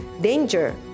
danger